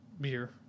beer